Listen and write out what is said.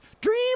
Dream